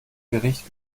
gericht